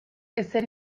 ezer